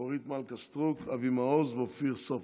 אורית מלכה סטרוק, אבי מעוז ואופיר סופר.